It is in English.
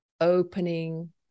opening